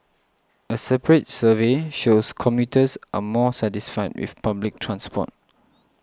a separate survey shows commuters are more satisfied with public transform